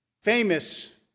famous